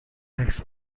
عکس